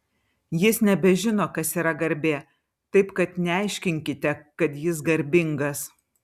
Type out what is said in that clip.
jis nebežino kas yra garbė taip kad neaiškinkite kad jis garbingas